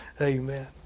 amen